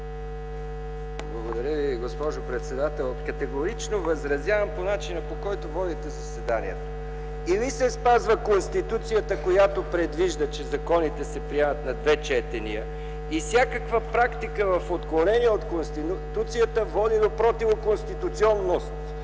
Благодаря Ви, госпожо председател. Категорично възразявам по начина, по който водите заседанието. Трябва да се спазва Конституцията, която предвижда, че законите се приемат на две четения, и всякаква практика в отклонение от Конституцията ще води до противоконституционност,